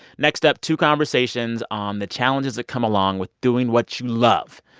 next up, two conversations on the challenges that come along with doing what you love.